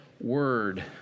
word